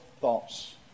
thoughts